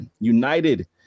United